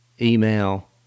email